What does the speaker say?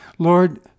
Lord